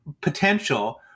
potential